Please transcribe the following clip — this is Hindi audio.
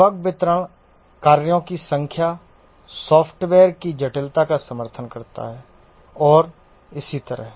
बग वितरण कार्यों की संख्या सॉफ्टवेयर की जटिलता का समर्थन करता है और इसी तरह